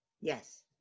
Yes